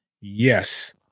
yes